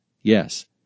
Yes